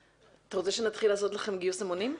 אתה רוצה שנתחיל לעשות לכם גיוס המונים?